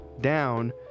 down